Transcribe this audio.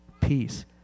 peace